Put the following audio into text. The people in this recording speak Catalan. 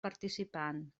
participant